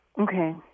Okay